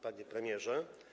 Panie Premierze!